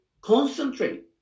concentrate